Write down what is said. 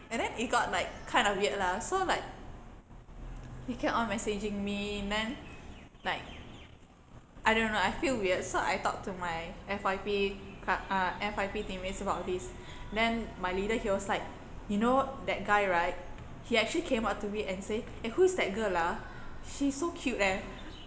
and then it got like kind of weird lah so like he keep on messaging me then like I don't know I feel weird so I talk to my F_Y_P uh F_Y_P team mates about this then my leader he was like you know that guy right he has actually came out to me and say eh who is that girl lah she so cute eh